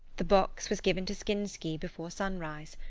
the box was given to skinsky before sunrise.